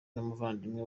n’umuvandimwe